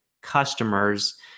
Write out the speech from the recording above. customers